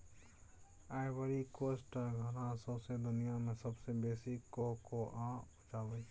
Ivory Coast आ Ghana सौंसे दुनियाँ मे सबसँ बेसी कोकोआ उपजाबै छै